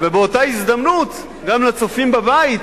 ובאותה הזדמנות גם לצופים בבית,